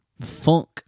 funk